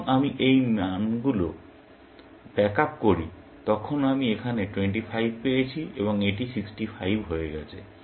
যখন আমি এই মানগুলি ব্যাক আপ করি তখন আমি এখানে 25 পেয়েছি এবং এটি 65 হয়ে গেছে